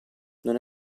non